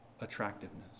attractiveness